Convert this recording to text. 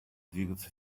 двигаться